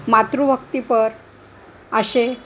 मातृभक्तीपर असे